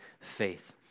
faith